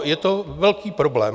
A je to velký problém.